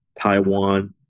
Taiwan